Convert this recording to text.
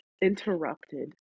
interrupted